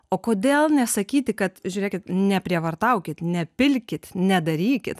o kodėl nesakyti kad žiūrėkit neprievartaukit nepilkit nedarykit